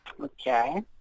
Okay